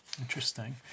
Interesting